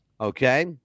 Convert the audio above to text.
Okay